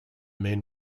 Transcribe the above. men